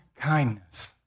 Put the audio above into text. kindness